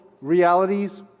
realities